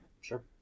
Sure